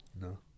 no